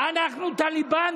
אנחנו טליבאן?